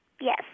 Yes